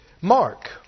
Mark